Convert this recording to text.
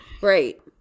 right